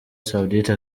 saudite